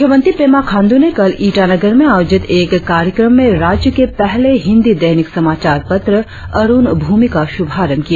मुख्यमंत्री पेमा खांड् ने कल ईटानगर में आयोजित एक कार्यक्रम में राज्य के पहलें हिंदी दैनिक समाचार पत्र अरुण भूमि का शुभारंभ किया